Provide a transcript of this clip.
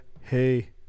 hey